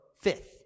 fifth